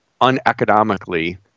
uneconomically